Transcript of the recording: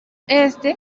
este